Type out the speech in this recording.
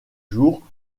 jours